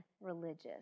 religious